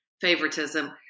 favoritism